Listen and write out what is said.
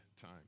time